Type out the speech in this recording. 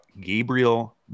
Gabriel